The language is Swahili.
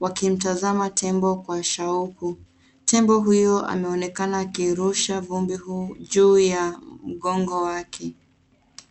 wakitazama tembo kwa shauku. Tembo huyu anaonekana akirusha vumbi juu ya mgongo wake.